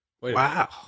wow